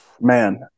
man